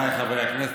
חבריי חברי הכנסת,